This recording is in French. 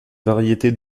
variétés